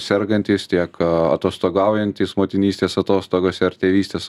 sergantys tiek atostogaujantys motinystės atostogose ar tėvystės